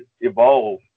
evolve